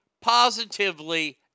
positively